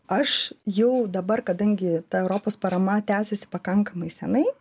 aš jau dabar kadangi ta europos parama tęsiasi pakankamai seniai